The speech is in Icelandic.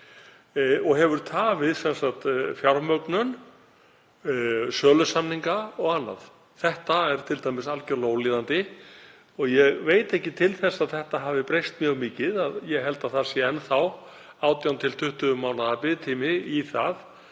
og hefur tafið fjármögnun, sölusamninga og annað. Þetta er t.d. algjörlega ólíðandi. Ég veit ekki til að þetta hafi breyst mjög mikið, ég held að það sé enn þá 18–20 mánaða biðtími í það